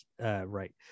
right